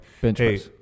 hey